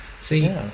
See